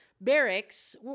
barracks